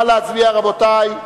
מי בעד ההסתייגות של מרצ?